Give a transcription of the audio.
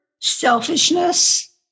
selfishness